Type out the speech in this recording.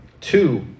two